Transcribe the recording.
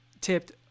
tipped